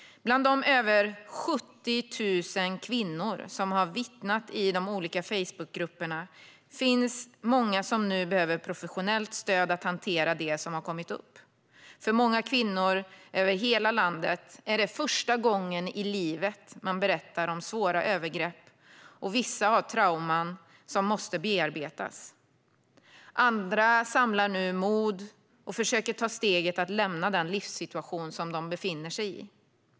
Bland de över 70 000 kvinnor som har vittnat i de olika Facebookgrupperna finns många som nu behöver professionellt stöd att hantera det som har kommit upp. För många kvinnor över hela landet är det första gången i livet de har berättat om svåra övergrepp. Vissa har trauman som måste bearbetas. Andra samlar nu mod och försöker ta steget att lämna den livssituation de befinner sig i.